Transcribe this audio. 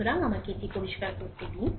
সুতরাং আমাকে এটি পরিষ্কার করুন